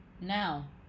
Now